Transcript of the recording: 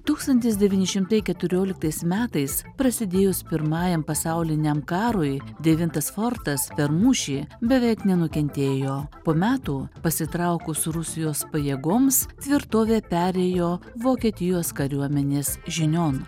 tūkstantis devyni šimtai keturioliktais metais prasidėjus pirmajam pasauliniam karui devintas fortas per mūšį beveik nenukentėjo po metų pasitraukus rusijos pajėgoms tvirtovė perėjo vokietijos kariuomenės žinion